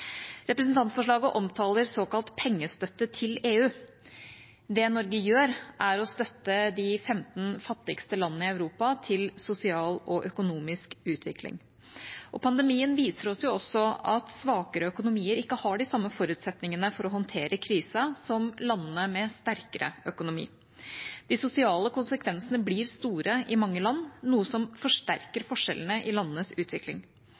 Representantforslaget omtaler såkalt pengestøtte til EU. Det Norge gjør, er å gi de 15 fattigste landene i Europa støtte til sosial og økonomisk utvikling. Pandemien viser oss også at svakere økonomier ikke har de samme forutsetningene for å håndtere krisa som landene med sterkere økonomi. De sosiale konsekvensene blir store i mange land, noe som forsterker forskjellene i landenes utvikling.